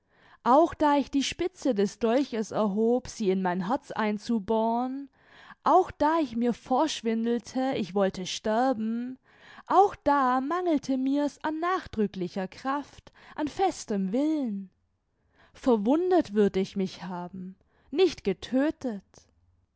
auch da ich die spitze des dolches erhob sie in mein herz einzubohren auch da ich mir vorschwindelte ich wollte sterben auch da mangelte mir's an nachdrücklicher kraft an festem willen verwundet würd ich mich haben nicht getödtet